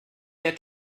der